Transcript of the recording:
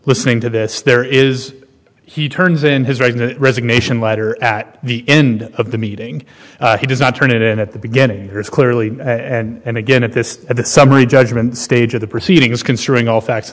listening to this there is he turns in his writing the resignation letter at the end of the meeting he does not turn it in at the beginning there is clearly and again at this at the summary judgment stage of the proceedings considering all facts